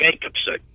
Jacobson